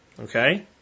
okay